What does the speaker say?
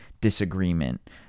disagreement